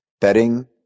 betting